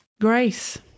Grace